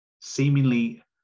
seemingly